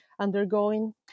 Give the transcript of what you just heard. undergoing